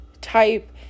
type